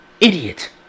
Idiot